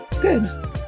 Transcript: good